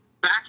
Back